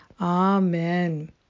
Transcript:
Amen